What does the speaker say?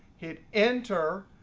hit enter,